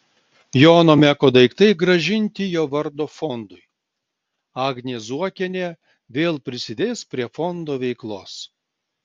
jono meko daiktai grąžinti jo vardo fondui agnė zuokienė vėl prisidės prie fondo veiklos